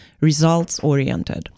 results-oriented